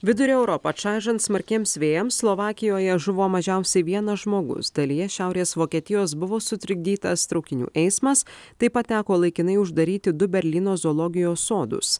vidurio europą čaižant smarkiems vėjams slovakijoje žuvo mažiausiai vienas žmogus dalyje šiaurės vokietijos buvo sutrikdytas traukinių eismas taip pat teko laikinai uždaryti du berlyno zoologijos sodus